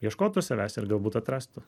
ieškotų savęs ir galbūt atrastų